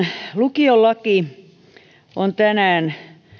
lukiolaki on tosiaan tänään